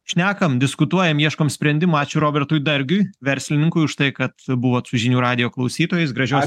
šnekam diskutuojam ieškom sprendimų ačiū robertui dargiui verslininkui už tai kad buvot su žinių radijo klausytojais gražios